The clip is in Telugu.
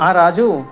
ఆ రాజు